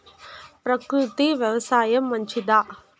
ప్రకృతి వ్యవసాయం మంచిదా?